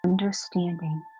Understanding